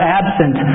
absent